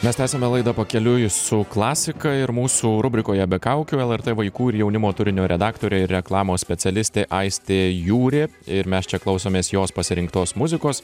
mes tęsiame laidą pakeliui su klasika ir mūsų rubrikoje be kaukių lrt vaikų ir jaunimo turinio redaktorė ir reklamos specialistė aistė jūrė ir mes čia klausomės jos pasirinktos muzikos